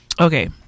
okay